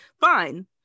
fine